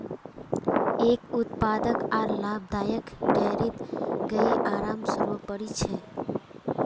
एक उत्पादक आर लाभदायक डेयरीत गाइर आराम सर्वोपरि छ